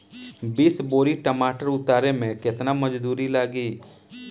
बीस बोरी टमाटर उतारे मे केतना मजदुरी लगेगा?